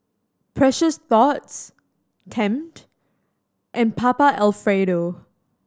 Precious Thots Tempt and Papa Alfredo